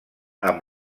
amb